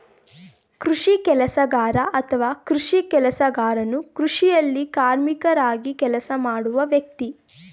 ಕೃಷಿ ಕೆಲಸಗಾರ ಅಥವಾ ಕೃಷಿ ಕೆಲಸಗಾರನು ಕೃಷಿಯಲ್ಲಿ ಕಾರ್ಮಿಕರಾಗಿ ಕೆಲಸ ಮಾಡುವ ವ್ಯಕ್ತಿ